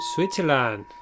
Switzerland